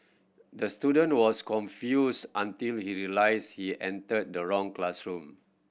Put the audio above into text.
the student was confused until he realised he entered the wrong classroom